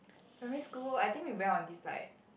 primary school I think we went on this like